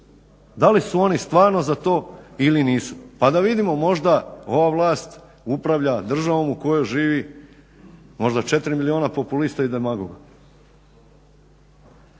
Da li su oni stvarno za to ili nisu pa da vidimo možda ova vlast upravlja državom u kojoj živi možda 4 milijuna populista i demagoga.